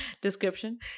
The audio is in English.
description